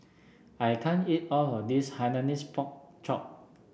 I can't eat all of this Hainanese Pork Chop